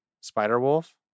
Spider-Wolf